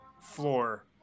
floor